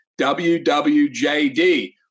WWJD